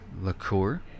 liqueur